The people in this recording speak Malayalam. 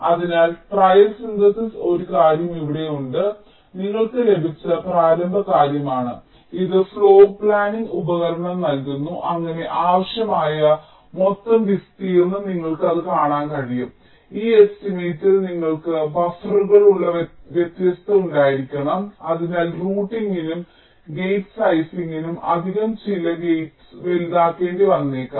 അതിനാൽ ട്രയൽ സിന്തെസിസ് ഒരു കാര്യം ഇവിടെയുണ്ട് അത് നിങ്ങൾക്ക് ലഭിച്ച പ്രാരംഭ കാര്യമാണ് ഇത് ഫ്ലോർ പ്ലാനിംഗ് ഉപകരണം നൽകുന്നു അങ്ങനെ ആവശ്യമായ മൊത്തം വിസ്തീർണ്ണം നിങ്ങൾക്ക് അത് കാണാൻ കഴിയും ഈ എസ്റ്റിമേറ്റിൽ നിങ്ങൾക്ക് ബഫറുകൾക്കുള്ള വ്യവസ്ഥ ഉണ്ടായിരിക്കണം അതിനാൽ റൂട്ടിംഗിനും ഗേറ്റ് സൈസിങ്നും അധിക സ്ഥലം ചില ഗേറ്റ്സ് വലുതാക്കേണ്ടി വന്നേക്കാം